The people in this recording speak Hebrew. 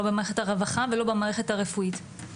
לא במערת הרווחה ולא במערכת הרפואית.